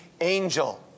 angel